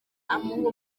amuha